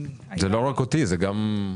זה לא רק אותי, זה גם אותם.